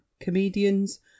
comedians